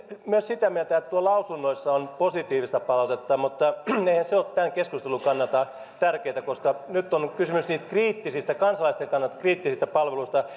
myös sitä mieltä että tuolla lausunnoissa on positiivistakin palautetta mutta eihän se ole tämän keskustelun kannalta tärkeätä koska nyt on kysymys niistä kansalaisten kannalta kriittisistä palveluista